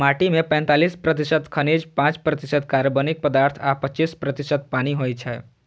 माटि मे पैंतालीस प्रतिशत खनिज, पांच प्रतिशत कार्बनिक पदार्थ आ पच्चीस प्रतिशत पानि होइ छै